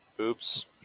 Oops